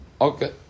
Okay